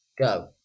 Go